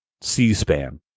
C-SPAN